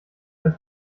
als